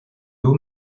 haut